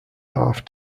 half